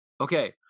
Okay